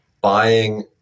buying